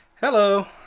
hello